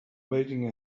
waiting